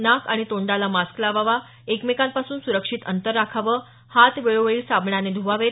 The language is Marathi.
नाक आणि तोंडाला मास्क लावावा एकमेकांपासून सुरक्षित अंतर राखावं हात वेळोवेळी साबणाने ध्वावेत